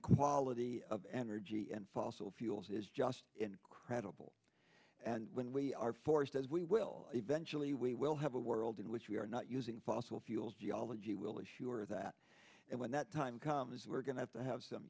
and quality of energy and fossil fuels is just incredible and when we are forced as we will eventually we will have a world in which we are not using fossil fuels geology will assure that when that time comes we're going to have some